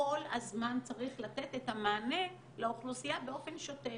כל הזמן צריך לתת את המענה לאוכלוסייה באופן שוטף.